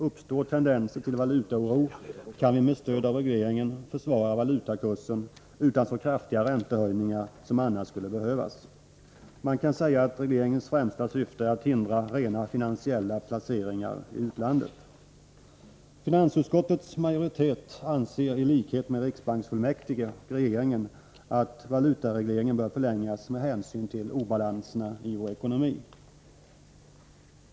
Uppstår tendenser till valutaoro kan vi med stöd av regleringen försvara valutakursen utan så kraftiga räntehöjningar som annars skulle behövas. Man kan säga att regleringens främsta syfte är att hindra rena finansiella placeringar i utlandet. Finansutskottets majoritet anser i likhet med riksbanksfullmäktige och regeringen att valutaregleringen bör förlängas med hänsyn till obalanserna i vår ekonomi.